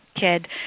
kid